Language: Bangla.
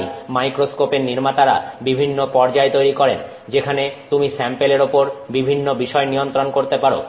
তাই মাইক্রোস্কোপের নির্মাতারা বিভিন্ন পর্যায় তৈরি করেন যেখানে তুমি স্যাম্পেলের ওপর বিভিন্ন বিষয় নিয়ন্ত্রণ করতে পারো